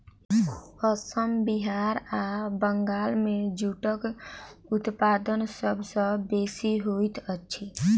असम बिहार आ बंगाल मे जूटक उत्पादन सभ सॅ बेसी होइत अछि